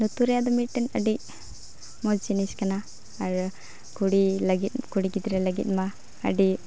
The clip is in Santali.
ᱞᱩᱛᱩᱨ ᱨᱮᱭᱟᱜ ᱫᱚ ᱢᱤᱫᱴᱮᱱ ᱟᱹᱰᱤ ᱢᱚᱡᱽ ᱡᱤᱱᱤᱥ ᱠᱟᱱᱟ ᱟᱨ ᱠᱩᱲᱤ ᱞᱟᱹᱜᱤᱫ ᱠᱩᱲᱤ ᱜᱤᱫᱽᱨᱟᱹ ᱞᱟᱹᱜᱤᱫ ᱢᱟ ᱟᱹᱰᱤ